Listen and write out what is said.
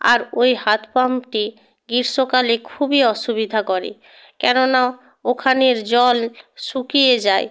আর ওই হাত পাম্পটি গ্রীষ্মকালে খুবই অসুবিধা করে কেননা ওখানের জল শুকিয়ে যায়